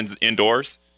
indoors